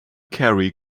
carey